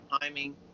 timing